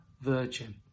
virgin